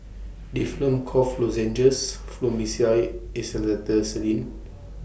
Difflam Cough Lozenges Fluimucil Acetylcysteine